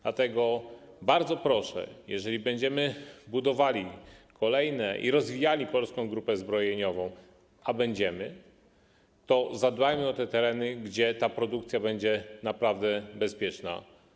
Dlatego bardzo proszę, jeżeli będziemy budowali kolejne zakłady i rozwijali Polską Grupę Zbrojeniową, a będziemy, to zadbajmy o te tereny, gdzie ta produkcja będzie naprawdę bezpieczna.